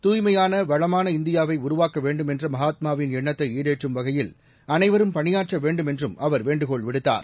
துய்மையான வளமான இந்தியாவை உருவாக்க வேண்டும் என்ற மகாத்மாவின் எண்ணத்தை ஈடேற்றும் வகையில் அனைவரும் பணியாற்ற வேண்டும் என்றும் அவர் வேண்டுகோள் விடுத்தார்